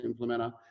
Implementer